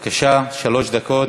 בבקשה, שלוש דקות.